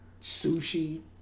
sushi